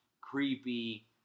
creepy